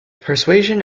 persuasion